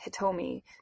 Hitomi